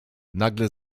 nagle